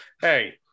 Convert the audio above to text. hey